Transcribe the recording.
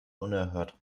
unerhört